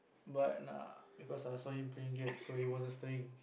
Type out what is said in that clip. but ah because I saw him playing games so he wasn't studying